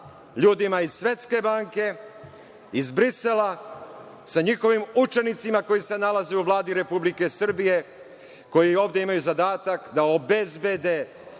ljudima iz Svetske banke, iz Brisela, sa njihovim učenicima koji se nalaze u Vladi Republike Srbije, koji ovde imaju zadatak da obezbede